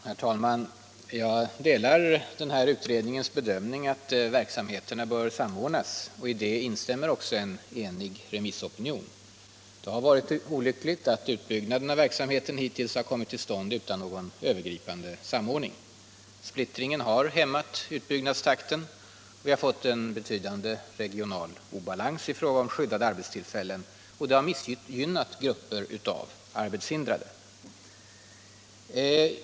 Herr talman! Jag delar utredningens bedömning att verksamheterna bör samordnas. I det instämmer också en enig remissopinion. Det har varit olyckligt att utbyggnaden av verksamheten hittills kommit till stånd utan någon övergripande samordning. Splittringen har hämmat utbyggnadstakten. Vi har fått en betydande regional obalans i fråga om tillgången på skyddat arbete, och det har missgynnat grupper av arbetshindrade.